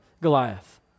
Goliath